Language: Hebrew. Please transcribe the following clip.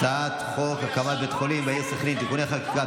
הצעת חוק הקמת בית חולים בעיר סח'נין (תיקוני חקיקה),